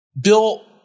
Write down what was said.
Bill